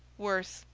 worse,